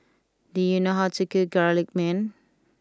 do you know how to cook Garlic Naan